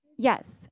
Yes